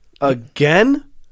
again